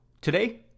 Today